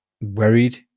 worried